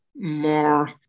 more